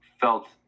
felt